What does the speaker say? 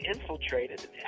infiltrated